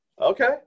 okay